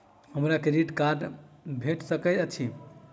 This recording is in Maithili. हमरा क्रेडिट कार्ड भेट सकैत अछि?